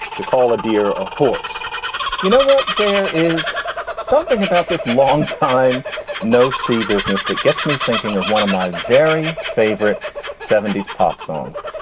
to call a deer, a horse you know what? there is something about this long time no see business that gets me thinking of one of my very favorite seventy s pop songs.